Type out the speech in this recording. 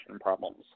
problems